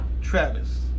Travis